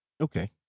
Okay